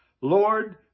Lord